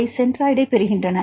அவை சென்ட்ராய்டைப் பெறுகின்றன